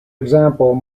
example